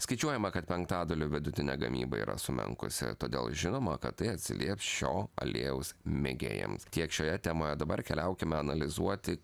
skaičiuojama kad penktadalio vidutinė gamyba yra sumenkusi todėl žinoma kad tai atsilieps šio aliejaus mėgėjams tiek šioje temoje dabar keliaukime analizuoti